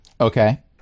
okay